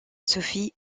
sophie